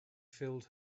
filled